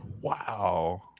Wow